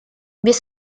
без